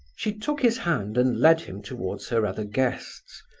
she took his hand and led him towards her other guests.